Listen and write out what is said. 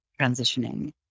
transitioning